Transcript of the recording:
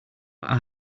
are